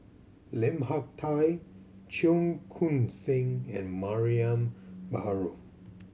Lim Hak Tai Cheong Koon Seng and Mariam Baharom